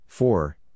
Four